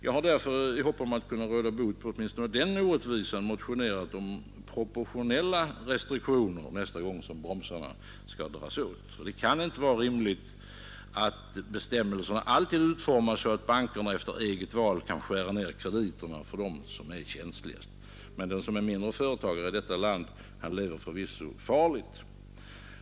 Jag har därför i hopp om att kunna råda bot på åtminstone denna orättvisa motionerat om proportionella restriktioner nästa gång bromsarna skall dras åt. Det kan inte vara rimligt att bestämmelserna alltid utformas så att bankerna efter eget val kan skära ner krediterna för de företag som är känsliga. Men den som har ett mindre företag i detta land lever förvisso farligt.